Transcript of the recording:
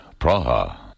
Praha